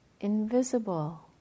invisible